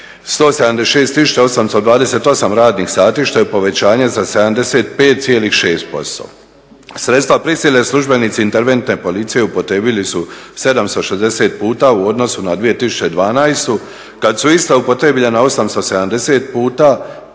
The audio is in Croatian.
176828 radnih sati što je povećanje za 75,6%. Sredstva prisile službenici interventne policije upotrijebili su 760 puta u odnosu na 2012. kad su ista upotrijebljena 870 puta